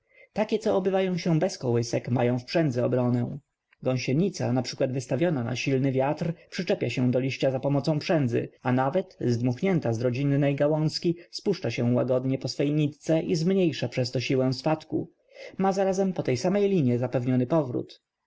takie co obywają się bez kołysek mają w przędzy obronę gąsienica np wystawiona na silny wiatr przyczepia się do liścia zapomocą przędzy a nawet zdmuchnięta z rodzinnej gałązki spuszcza się łagodnie po swej nitce i zmniejsza przez to siłę spadku ma zarazem po tej samej linie zapewniony powrót